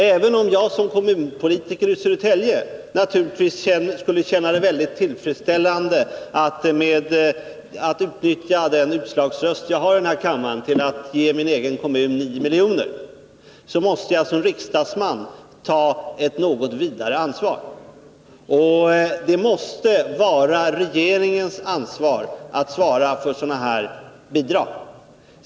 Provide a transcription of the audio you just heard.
Även om jag som kommunpolitiker i Södertälje naturligtvis skulle känna det väldigt tillfredsställande att utnyttja den utslagsröst jag har i denna kammare till att ge min egen kommun 9 milj.kr., måste jag som riksdagsman ta ett något större ansvar. Det måste vara regeringens sak att svara för sådana här bidrag.